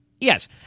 Yes